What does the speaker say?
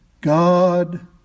God